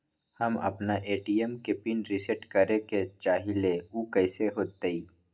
हम अपना ए.टी.एम के पिन रिसेट करे के चाहईले उ कईसे होतई?